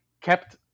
kept